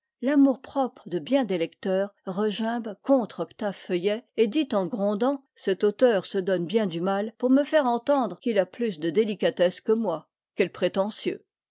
l'amour-propre de bien des lecteurs regimbe contre octave feuillet et dit en grondant cet auteur se donne bien du mal pour me faire entendre qu'il a plus de délicatesse que moi quel prétentieux